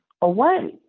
away